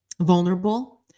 vulnerable